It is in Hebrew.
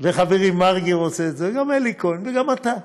וחברי מרגי רוצה את זה, וגם אלי כהן וגם אתה.